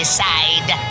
side